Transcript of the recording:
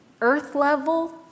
earth-level